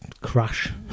crash